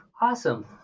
Awesome